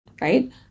right